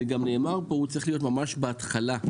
והוא צריך להיות ממש בהתחלה,